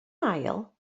ail